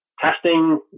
testing